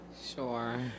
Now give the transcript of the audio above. Sure